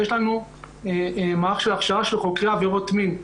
יש לנו מערך של הכשרה של חוקרי עבירות מין.